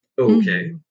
Okay